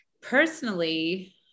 Personally